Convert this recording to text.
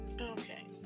Okay